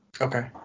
Okay